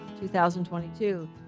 2022